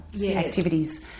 activities